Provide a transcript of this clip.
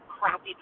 crappy